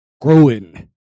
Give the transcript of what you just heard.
growing